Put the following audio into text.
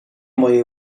mojej